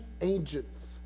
agents